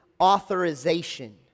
authorization